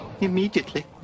immediately